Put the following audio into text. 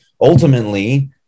ultimately